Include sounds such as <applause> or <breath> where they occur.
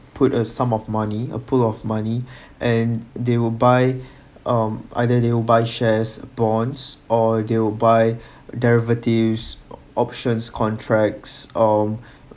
put a sum of money a pool of money <breath> and they will buy um either they will buy shares bonds or they will buy <breath> derivatives options contracts or